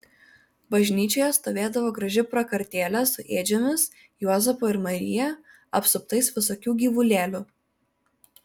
bažnyčioje stovėdavo graži prakartėlė su ėdžiomis juozapu ir marija apsuptais visokių gyvulėlių